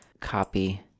copy